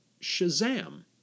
Shazam